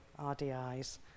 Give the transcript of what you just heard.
RDIs